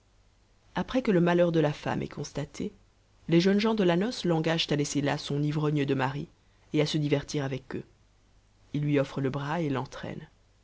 après que le malheur de la femme est constaté les jeunes gens de la noce l'engagent à laisser là son ivrogne de mari et à se divertir avec eux ils lui offrent le bras et